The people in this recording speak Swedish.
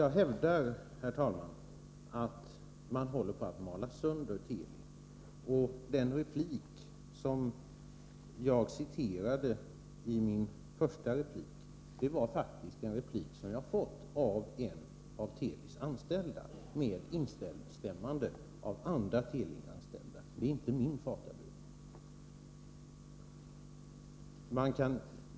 Jag hävdar, herr talman, att man håller på att mala sönder Teli. Den replik som jag citerade i mitt första genmäle kommer faktiskt från en av Telis anställda, med instämmande av andra anställda. Den är inte hämtad ur min fatabur.